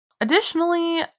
Additionally